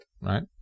Right